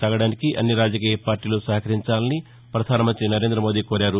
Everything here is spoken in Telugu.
సాగదానికి అన్ని రాజకీయ పార్టీలు సహకరించాలని పధాన మంత్రి నరేంద మోదీ కోరారు